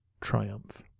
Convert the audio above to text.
triumph